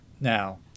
Now